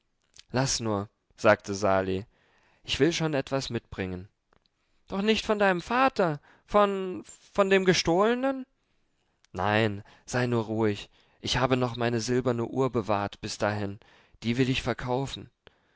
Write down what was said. laß nur sagte sali ich will schon etwas mitbringen doch nicht von deinem vater von von dem gestohlenen nein sei nur ruhig ich habe noch meine silberne uhr bewahrt bis dahin die will ich verkaufen